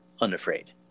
unafraid